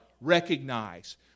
recognize